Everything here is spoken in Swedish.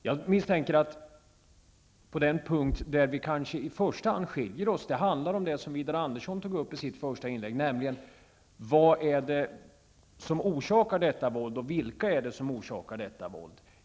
Jag misstänker att den punkt där vi i första hand skiljer oss åt handlar om det som Widar Andersson tog upp i sitt första inlägg, nämligen: Vad är det som orsakar våldet och vilka är det som orsakar det?